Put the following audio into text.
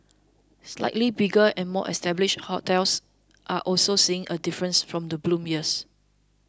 slightly bigger and more established hotels are also seeing a difference from the bloom years